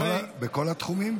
בכל התחומים?